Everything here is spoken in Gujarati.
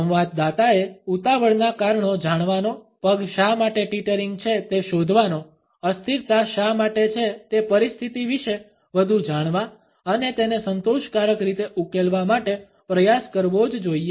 સંવાદદાતાએ ઉતાવળના કારણો જાણવાનો પગ શા માટે ટીટરિંગ છે તે શોધવાનો અસ્થિરતા શા માટે છે તે પરિસ્થિતિ વિશે વધુ જાણવા અને તેને સંતોષકારક રીતે ઉકેલવા માટે પ્રયાસ કરવો જ જોઇએ